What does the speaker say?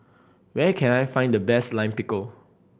where can I find the best Lime Pickle